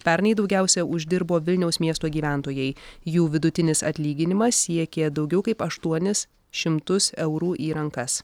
pernai daugiausiai uždirbo vilniaus miesto gyventojai jų vidutinis atlyginimas siekė daugiau kaip aštuonis šimtus eurų į rankas